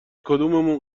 کدوممون